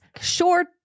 short